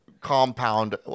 compound